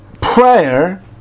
prayer